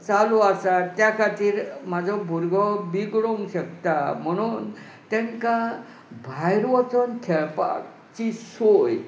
चालू आसा त्या खातीर म्हजो भुरगो बिगडूंक शकता म्हणून तांकां भायर वचून खेळपाची सोय